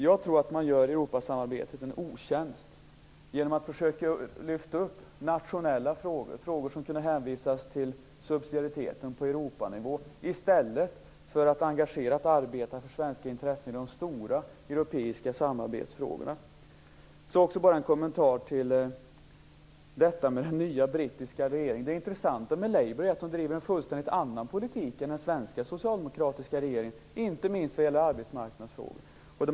Jag tror att man gör Europasamarbetet en otjänst genom att försöka lyfta upp nationella frågor som kan hänvisas till subsidiariteten på Europanivå i stället för att engagerat arbeta för svenska intressen i de stora europeiska samarbetsfrågorna. Jag har också en kommentar till den nya brittiska regeringen. Det intressanta med Labour är att man driver en helt annan politik än den svenska socialdemokratiska regeringen, inte minst när det gäller arbetsmarknadsfrågor.